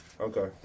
Okay